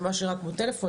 זה ממש נראה כמו פלאפון,